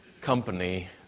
company